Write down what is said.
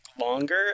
longer